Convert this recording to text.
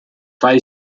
file